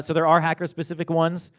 so there are hacker-specific ones,